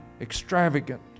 extravagant